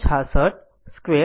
66 2 છે જે 13